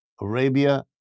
Arabia